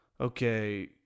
okay